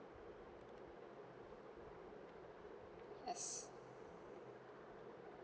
yes